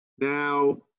Now